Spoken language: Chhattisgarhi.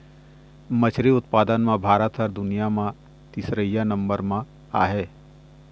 मछरी उत्पादन म भारत ह दुनिया म तीसरइया नंबर म आहे